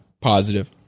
positive